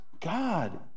God